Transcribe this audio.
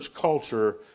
culture